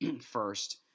first